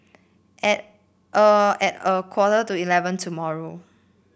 at a at a quarter to eleven tomorrow